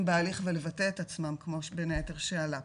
בהליך ולבטא את עצמם כמו שבאמת עלה פה.